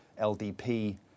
LDP